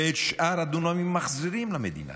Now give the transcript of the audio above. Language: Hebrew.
ואת שאר הדונמים הם מחזירים למדינה,